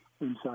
inside